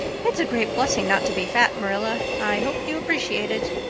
it's a great blessing not to be fat, marilla. i hope you appreciate it.